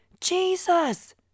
Jesus